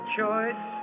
choice